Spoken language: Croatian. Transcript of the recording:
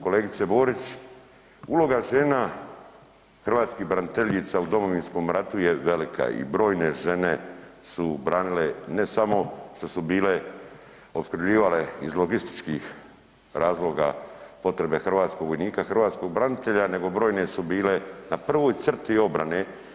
Kolegice Borić, uloga žena, hrvatskih braniteljica u Domovinskom ratu je velika i brojne žene su branile ne samo što su bile opskrbljivale iz logističkih razloga potrebe hrvatskog vojnika i hrvatskog branitelja, nego brojne su bile na prvoj crti obrane.